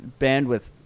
bandwidth